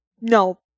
no